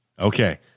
Okay